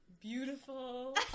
beautiful